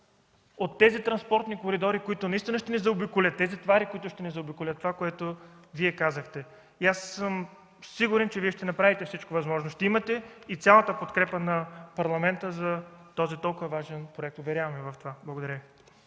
от тези транспортни коридори, които наистина ще ни заобиколят, тези товари, които ще ни заобиколят. От това, което казахте, аз съм сигурен, че ще направите всичко възможно. Ще имате и цялата подкрепа на Парламента за този толкова важен проект. Уверявам Ви в това. Благодаря.